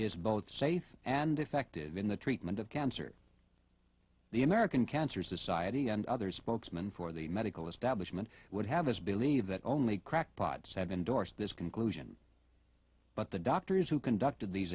is both safe and effective in the treatment of cancer the american cancer society and other spokesman for the medical establishment would have us believe that only crackpots have endorsed this conclusion but the doctors who conducted these